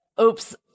oops